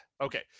okay